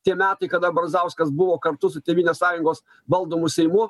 tie metai kada brazauskas buvo kartu su tėvynės sąjungos valdomu seimu